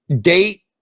date